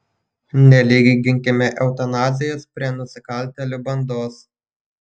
nelyginkime eutanazijos prie nusikaltėlių bandos